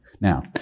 Now